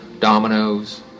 Dominoes